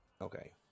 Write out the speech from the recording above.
Okay